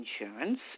insurance